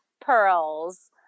pearls